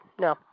No